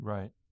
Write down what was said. Right